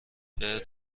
بهت